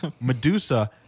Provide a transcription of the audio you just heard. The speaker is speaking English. Medusa